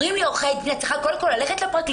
אומרים לי עורכי דין: את צריכה קודם כול ללכת לפרקליטות,